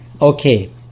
okay